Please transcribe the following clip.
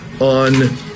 on